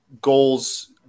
goals